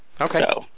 okay